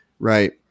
Right